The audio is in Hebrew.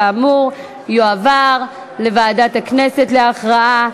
כאמור, זה יועבר לוועדת הכנסת להכרעה.